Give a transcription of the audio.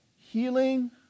healing